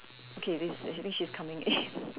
okay this actually she's coming in (pbb)